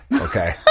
okay